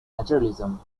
naturalism